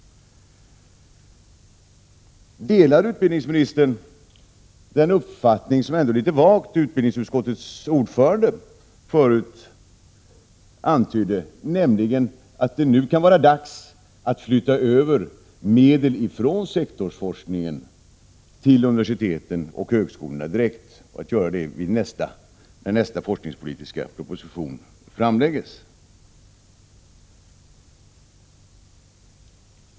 Delar utbildningsministern den uppfattning som utbildningsutskottets ordförande litet vagt antydde, nämligen att det nu kan vara dags att flytta över medel från sektorsforskningen till universiteten och högskolorna och att göra det när nästa forskningspolitiska proposition framläggs?